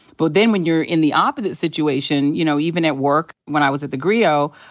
but then when you're in the opposite situation, you know, even at work when i was at thegrio,